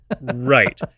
Right